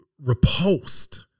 repulsed